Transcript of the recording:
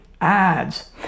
ads